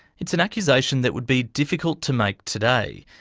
it's an accusation that would be difficult to make today.